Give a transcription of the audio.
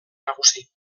nagusi